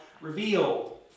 revealed